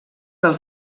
del